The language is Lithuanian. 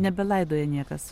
nebelaidoja niekas